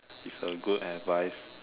it's a good advice